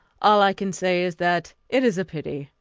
all i can say is that it is a pity.